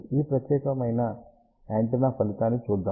ఈ ప్రత్యేకమైన యాంటెన్నా ఫలితాన్ని చూద్దాం